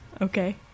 Okay